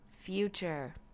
future